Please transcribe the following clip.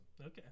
Okay